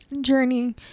journey